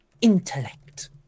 intellect